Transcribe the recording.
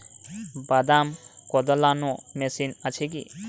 বাদাম কদলানো মেশিন আছেকি?